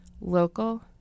Local